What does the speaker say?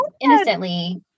innocently